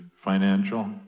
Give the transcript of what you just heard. financial